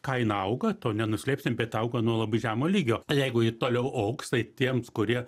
kaina auga to nenuslėpsim bet auga nuo labai žemo lygio jeigu ji toliau augs tai tiems kurie